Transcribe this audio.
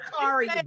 sorry